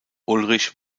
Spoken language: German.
ulrich